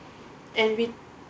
and we